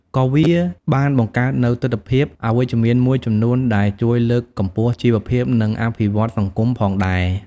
ក៏វាបានបង្កើតនូវទិដ្ឋភាពវិជ្ជមានមួយចំនួនដែលជួយលើកកម្ពស់ជីវភាព និងអភិវឌ្ឍន៍សង្គមផងដែរ។